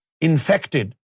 infected